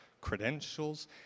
credentials